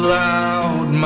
loud